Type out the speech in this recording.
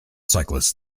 cyclists